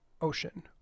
Ocean